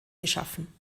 geschaffen